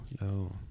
No